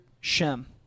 Shem